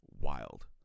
Wild